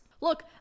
Look-